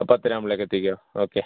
പത്തരയാവുമ്പോഴേക്കെത്തിക്കോ okay